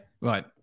Right